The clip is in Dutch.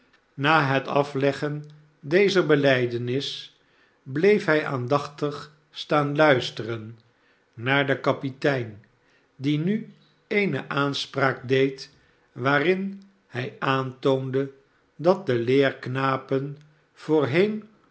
na het afleggen dezer belijdenis bleef hij aandachtig staan luisteren naar den kapitein die nu eene aanspraak deed waarin hij aantoonde dat de leerknapen voorheen